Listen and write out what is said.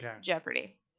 Jeopardy